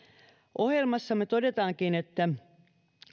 ohjelmassamme todetaankin että